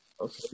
Okay